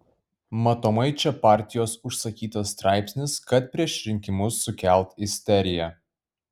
matomai čia partijos užsakytas straipsnis kad prieš rinkimus sukelt isteriją